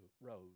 road